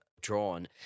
drawn